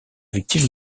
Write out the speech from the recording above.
victime